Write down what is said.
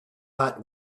that